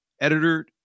editor